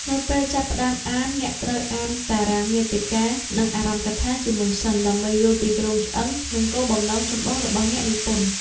នៅពេលចាប់ផ្ដើមអាន អ្នកត្រូវអានតារាងមាតិកា និងអារម្ភកថាជាមុនសិន ដើម្បីយល់ពីគ្រោងឆ្អឹង និងគោលបំណងចម្បងរបស់អ្នកនិពន្ធ។